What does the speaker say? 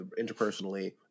interpersonally